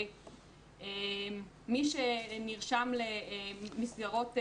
מי שנרשם למסגרות היל"ה,